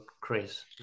Chris